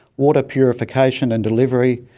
water purification and delivery,